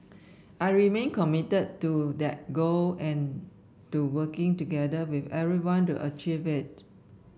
I remain committed to that goal and to working together with everyone to achieve it